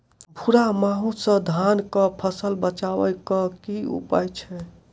भूरा माहू सँ धान कऽ फसल बचाबै कऽ की उपाय छै?